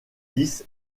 lisse